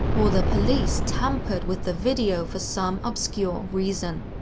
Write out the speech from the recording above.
or the police tampered with the video for some obscure reason.